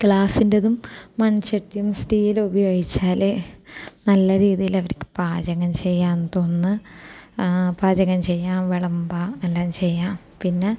ഗ്ലാസിൻ്റെതും മൺചട്ടിയും സ്റ്റീലും ഉപയോഗിച്ചാൽ നല്ല രീതിയിൽ അവർക്ക് പാചകം ചെയ്യാമെന്ന് തോന്നുന്നു പാചകം ചെയ്യാം വിളമ്പാം എല്ലാം ചെയ്യാം പിന്നെ